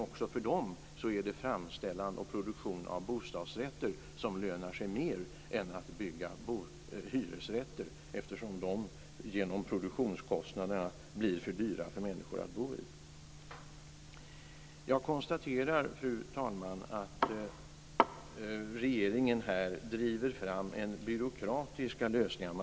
Också för dessa företag är det produktion av bostadsrätter som lönar sig mera än att bygga hyresrätter, eftersom de blir för dyra för människor att bo i. Fru talman! Jag konstaterar att regeringen här driver fram byråkratiska lösningar.